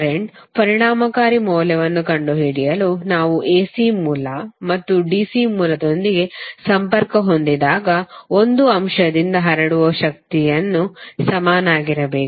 current ಪರಿಣಾಮಕಾರಿ ಮೌಲ್ಯವನ್ನು ಕಂಡುಹಿಡಿಯಲು ನಾವು ಎಸಿ ಮೂಲ ಮತ್ತು ಡಿಸಿ ಮೂಲದೊಂದಿಗೆ ಸಂಪರ್ಕ ಹೊಂದಿದಾಗ ಒಂದು ಅಂಶದಿಂದ ಹರಡುವ ಶಕ್ತಿಯನ್ನು ಸಮನಾಗಿರಬೇಕು